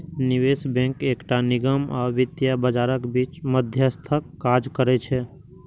निवेश बैंक एकटा निगम आ वित्तीय बाजारक बीच मध्यस्थक काज करै छै